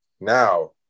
Now